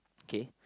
okay